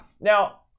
Now